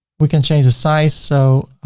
we can change the size. so,